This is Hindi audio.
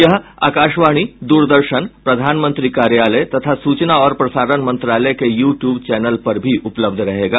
यह आकाशवाणी द्रदर्शन प्रधानमंत्री कार्यालय तथा सूचना और प्रसारण मंत्रालय के यू ट्यूब चैनल पर भी उपलब्ध रहेगा